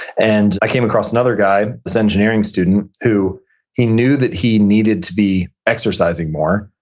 and i came across another guy, this engineering student, who he knew that he needed to be exercising more,